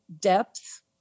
depth